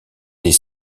des